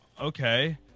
Okay